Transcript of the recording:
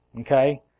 okay